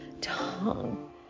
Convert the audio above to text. tongue